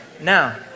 Now